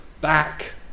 back